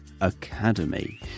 Academy